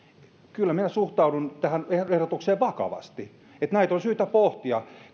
kyllä minä suhtaudun vakavasti tähän ehdotukseen että näitä on syytä pohtia